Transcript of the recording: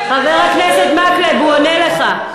חבר הכנסת מקלב, הוא עונה לך.